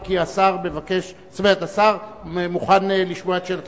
השר מוכן לשמוע את שאלתך.